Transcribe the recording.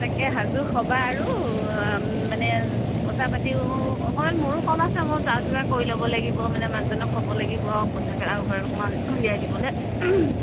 তাকে সাজু হ'বা আৰু মানে পইচা পাতিও অকণমান মোৰো কম আছে মই যা যোগাৰ কৰি ল'ব লাগিব মানে মানুহজনক ক'ব লাগিব আৰু পইচা আৰু কেইটকামান উলিয়াই দিবলৈ